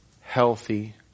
healthy